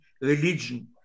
religion